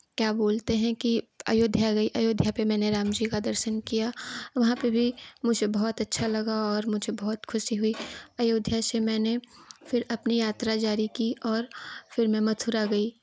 क्या बोलते हैं कि अयोध्या गई अयोध्या पे मैंने राम जी का दर्शन किया वहाँ पे भी मुझे बहुत अच्छा लगा और मुझे बहुत खुशी हुई अयोध्या से मैंने फिर अपनी यात्रा जारी की और फिर मैं मथुरा गई